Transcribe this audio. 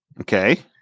Okay